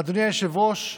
אדוני היושב-ראש,